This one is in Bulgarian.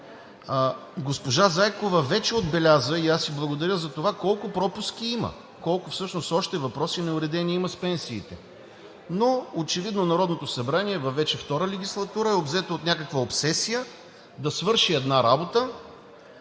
Госпожа Зайкова вече отбеляза и аз ѝ благодаря затова, колко пропуски има. Колко всъщност още неуредени въпроси има с пенсиите. Очевидно Народното събрание, вече във втора легислатура, обзето от някаква обсесия да свърши една работа.